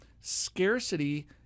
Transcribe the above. Scarcity